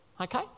Okay